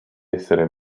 esser